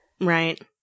Right